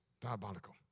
diabolical